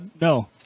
no